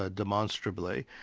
ah demonstrably.